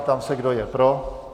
Ptám se, kdo je pro.